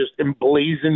emblazoned